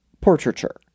portraiture